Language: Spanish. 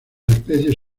especies